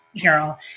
Carol